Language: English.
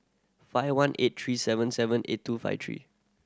five one eight three seven seven eight two five three